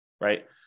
right